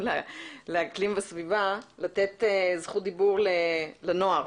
לאקלים וסביבה לתת זכות דיבור לנוער.